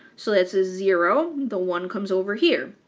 so that's a zero, the one comes over here.